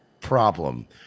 problem